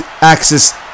access